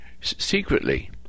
secretly